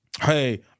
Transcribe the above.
hey